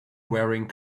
wearing